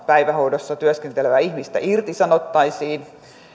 päivähoidossa työskentelevää ihmistä irtisanottaisiin